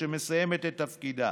שמסיימת את תפקידה,